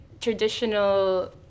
traditional